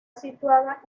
situada